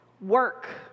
Work